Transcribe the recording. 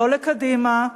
לא לקדימה,